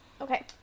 Okay